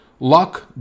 luck